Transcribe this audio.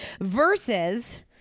Versus